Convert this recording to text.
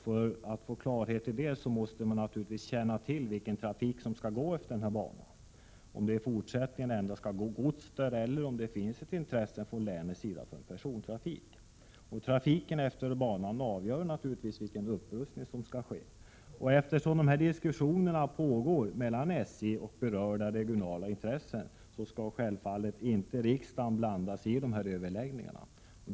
För att få klarhet i det måste man naturligtvis känna till vilken trafik som skall gå efter banan — om det i fortsättningen endast skall transporteras gods där eller om det finns intresse från länets sida för persontrafik. Trafiken efter banan avgör alltså vilken upprustning som skall ske. Eftersom diskussioner pågår mellan SJ och berörda regionala intressen, skall självfallet inte riksdagen blanda sig i de överläggningarna.